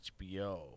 HBO